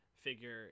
figure